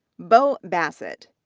beau bassett,